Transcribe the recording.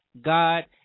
God